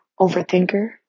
overthinker